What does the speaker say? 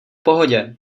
pohodě